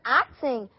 acting